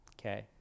okay